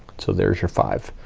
so there's your five.